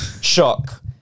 Shock